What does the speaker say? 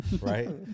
right